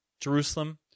Jerusalem